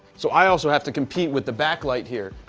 so, i also have to compete with the back light here,